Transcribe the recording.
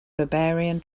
barbarian